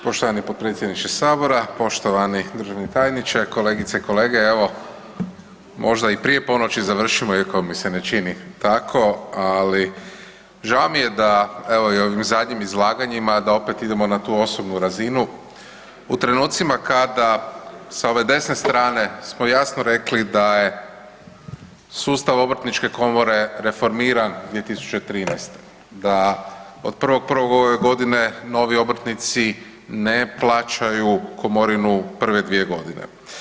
Poštovani potpredsjedniče sabora, poštovani državni tajniče, kolegice i kolege evo možda i prije ponoći završimo iako mi se ne čini tako, ali žao mi da, evo i u ovim zadnjim izlaganjima da opet idemo na tu osobnu razinu u trenucima kada sa ove desne strane smo jasno rekli da je sustav obrtničke komore reformiran 2013., da od 1.1. ove godine novi obrtnici ne plaćaju komorinu prve 2 godine.